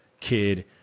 kid